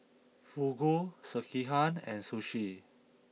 Fugu Sekihan and Sushi